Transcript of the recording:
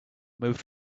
moved